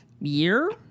year